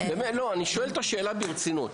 אני שואל את השאלה ברצינות.